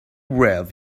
read